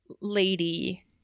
lady